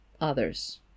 others